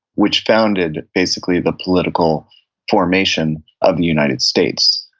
which founded basically the political formation of the united states.